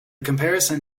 comparison